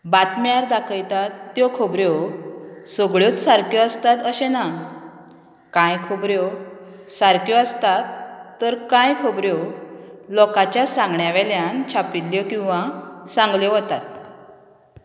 बातम्यार दाखयतात त्यो खोबऱ्यो सगळ्योच सारक्यो आसतात अशें ना कांय खोबऱ्यो सारक्यो आसतात तर कांय खोबऱ्यो लोकांच्या सांगण्या वेल्यान छापिल्ल्यो किंवां सांगल्यो वतात